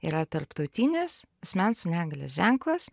yra tarptautinis asmens su negalia ženklas